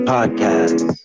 Podcast